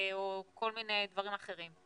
או כל מיני דברים אחרים.